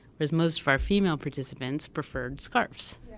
whereas most of our female participants preferred scarves.